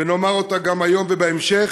נאמר אותה גם היום ובהמשך,